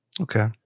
Okay